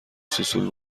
سوسول